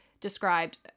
Described